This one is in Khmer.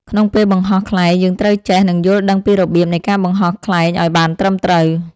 ក្នុងពេលបង្ហោះខ្លែងយើងត្រូវចេះ និងយល់ដឹងពីរបៀបនៃការបង្ហោះខ្លែងឲ្យបានត្រឹមត្រូវ។